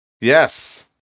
Yes